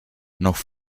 noch